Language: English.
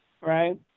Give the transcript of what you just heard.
right